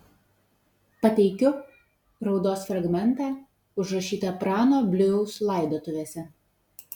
pateikiu raudos fragmentą užrašytą prano bliujaus laidotuvėse